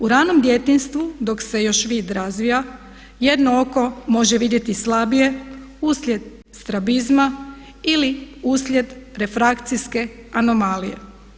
U ravnom djetinjstvu dok se još vid razvija jedno oko može vidjeti slabije uslijed strabizma ili uslijed refrakcijske anomalije.